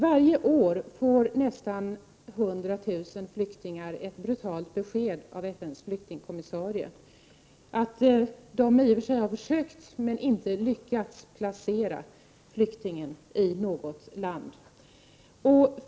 Varje år får nästan 100 000 flyktingar ett brutalt besked av FN:s flyktingkommissarie att man i och för sig har försökt Prot. 1988/89:107 men inte lyckats att placera dem i något land.